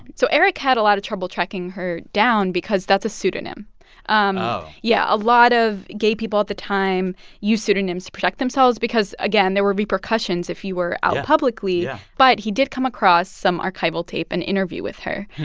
so eric had a lot of trouble tracking her down because that's a pseudonym um oh yeah. a lot of gay people at the time used pseudonyms to protect themselves because, again, there were repercussions if you were out publicly yeah, yeah but he did come across some archival tape, an interview with her,